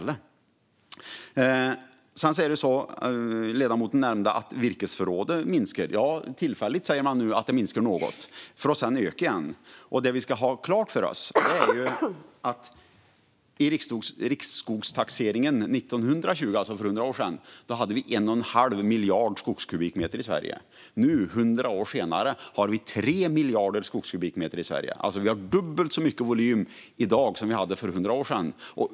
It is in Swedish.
Ledamoten nämnde att virkesförrådet minskar. Ja, tillfälligt säger man nu att det minskar något - för att sedan öka igen. Det man ska ha klart för sig är att i riksskogstaxeringen 1920 hade vi 1 1⁄2 miljard skogskubikmeter i Sverige. Nu, hundra år senare, har vi 3 miljarder skogskubikmeter i Sverige. Det är dubbelt så stor volym i dag jämfört med för hundra år sedan.